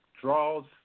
draws